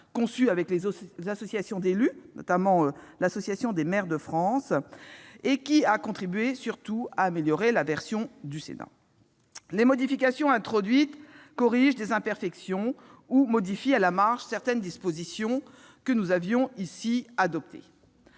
conçue avec les associations d'élus, notamment l'Association des maires de France, mais contribuent surtout à améliorer la version du Sénat. Les modifications introduites corrigent des imperfections ou modifient à la marge certaines dispositions adoptées